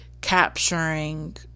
capturing